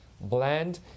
blend